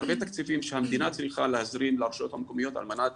בהרבה תקציבים שהמדינה צריכה להזרים לרשויות המקומיות על מנת